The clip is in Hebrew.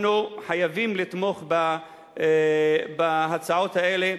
אנחנו חייבים לתמוך בהצעות האלה,